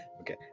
Okay